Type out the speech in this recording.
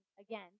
again